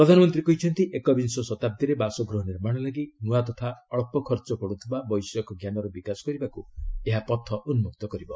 ପ୍ରଧାନମନ୍ତ୍ରୀ କହିଛନ୍ତି ଏକବିଂଶ ଶତାବ୍ଦୀରେ ବାସଗୃହ ନିର୍ମାଣ ଲାଗି ନୂଆ ତଥା ଅଳ୍ପ ଖର୍ଚ୍ଚ ପଡ଼ୁଥିବା ବୈଷୟିକ ଜ୍ଞାନର ବିକାଶ କରିବାକୁ ଏହା ପଥ ଉନ୍ଦୁକ୍ତ କରିବ